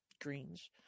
greens